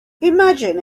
imagine